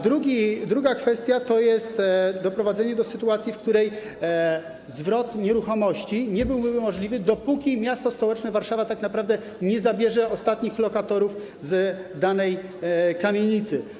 Druga kwestia to jest doprowadzenie do sytuacji, w której zwrot nieruchomości nie byłby możliwy, dopóki miasto stołeczne Warszawa tak naprawdę nie zabierze ostatnich lokatorów z danej kamienicy.